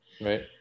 right